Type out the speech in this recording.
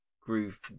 groove